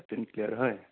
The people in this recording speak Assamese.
লেট্ৰিন ক্লিয়াৰ হয়